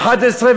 2011,